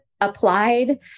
applied